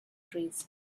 trees